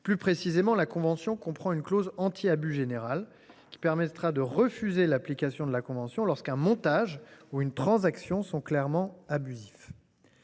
Plus précisément, la convention comprend une clause anti abus générale, qui permettra de refuser l’application de la convention lorsqu’un montage ou une transaction sont clairement abusifs.